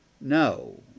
No